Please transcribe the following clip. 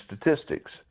statistics